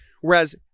Whereas